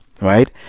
right